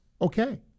Okay